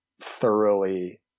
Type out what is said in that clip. thoroughly